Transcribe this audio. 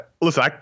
Listen